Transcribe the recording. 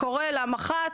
קורא למח"ט,